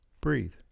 Breathe